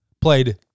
played